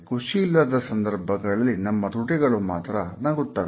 ಖುಷಿ ಇಲ್ಲದ ಸಂದರ್ಭದಲ್ಲಿ ನಮ್ಮ ತುಟಿಗಳು ಮಾತ್ರ ನಗುತ್ತವೆ